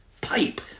pipe